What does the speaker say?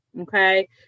Okay